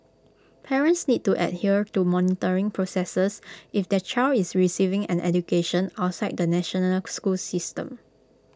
parents need to adhere to monitoring processes if their child is receiving an education outside the national school system